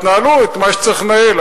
תנהלו את מה שצריך לנהל,